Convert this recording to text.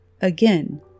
Again